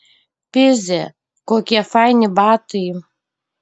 pizė kokie faini batai